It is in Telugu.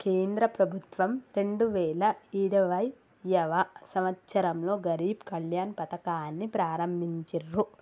కేంద్ర ప్రభుత్వం రెండు వేల ఇరవైయవ సంవచ్చరంలో గరీబ్ కళ్యాణ్ పథకాన్ని ప్రారంభించిర్రు